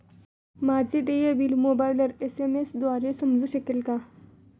माझे देय बिल मला मोबाइलवर एस.एम.एस द्वारे समजू शकेल का?